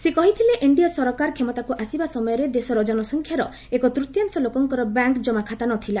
ସେ କହିଥିଲେ ଏନ୍ଡିଏ ସରକାର କ୍ଷମତାକୁ ଆସିବା ସମୟରେ ଦେଶର ଜନସଂଖ୍ୟାର ଏକତ୍ତୀୟାଂଶ ଲୋକଙ୍କର ବ୍ୟାଙ୍କ ଜମା ଖାତା ନଥିଲା